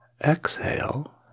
Exhale